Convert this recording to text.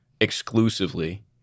exclusively